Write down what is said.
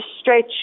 stretch